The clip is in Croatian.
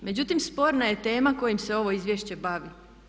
Međutim, sporna je tema kojim se ovo izvješće bavi.